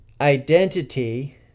Identity